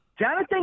Jonathan